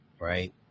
right